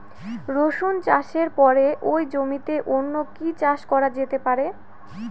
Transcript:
রসুন চাষের পরে ওই জমিতে অন্য কি চাষ করা যেতে পারে?